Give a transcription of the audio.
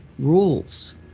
rules